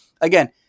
again